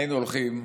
היינו הולכים,